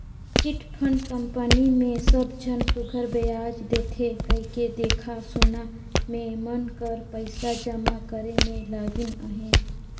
chit fund company मे सब झन सुग्घर बियाज देथे कहिके देखा सुना में मन कर पइसा जमा करे में लगिन अहें